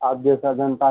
आप जैसा धन